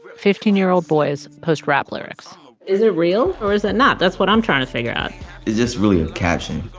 but fifteen-year-old boys post rap lyrics is it real, or is it not? that's what i'm trying to figure out it's just really a caption